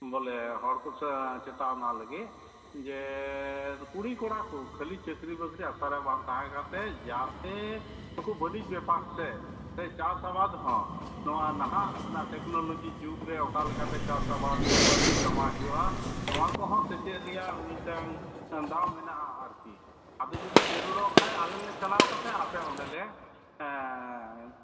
ᱵᱚᱞᱮ ᱦᱚᱲ ᱠᱚᱥᱮ ᱪᱮᱛᱟᱣᱟᱱᱟ ᱞᱟᱹᱜᱤᱫ ᱡᱮᱠᱩᱲᱤ ᱠᱚᱲᱟ ᱠᱚ ᱠᱷᱟᱹᱞᱤ ᱪᱟᱹᱠᱨᱤ ᱵᱟᱹᱠᱨᱤ ᱟᱥᱟ ᱨᱮ ᱵᱟᱝ ᱛᱟᱦᱮᱸ ᱠᱟᱛᱮᱫ ᱡᱟᱛᱮ ᱱᱩᱠᱩ ᱵᱟᱹᱱᱤᱡᱽᱼᱵᱮᱯᱟᱨ ᱥᱮᱫ ᱪᱟᱥ ᱟᱵᱟᱫᱽ ᱦᱚᱸ ᱱᱚᱣᱟ ᱱᱟᱦᱟᱜ ᱨᱮᱱᱟᱜ ᱴᱮᱠᱱᱳᱞᱳᱡᱤ ᱡᱩᱜᱽ ᱨᱮ ᱚᱠᱟ ᱞᱮᱠᱟ ᱛᱮ ᱪᱟᱥ ᱟᱵᱟᱫᱽ ᱛᱮ ᱵᱟᱹᱲᱛᱤ ᱠᱟᱢᱟᱣ ᱦᱩᱭᱩᱜᱼᱟ ᱱᱚᱣᱟ ᱠᱚᱦᱚᱸ ᱥᱮᱪᱮᱫ ᱨᱮᱭᱟᱜ ᱢᱤᱫᱴᱟᱝ ᱫᱟᱣ ᱢᱮᱱᱟᱜᱼᱟ ᱟᱨᱠᱤ ᱟᱫᱚ ᱡᱩᱫᱤ ᱡᱟᱹᱨᱩᱲᱚᱜ ᱠᱷᱟᱱ ᱟᱞᱮ ᱞᱮ ᱪᱟᱞᱟᱣ ᱠᱟᱛᱮᱫ ᱟᱯᱮ ᱚᱸᱰᱮᱞᱮ